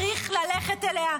צריך ללכת אליה,